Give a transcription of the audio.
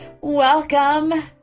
Welcome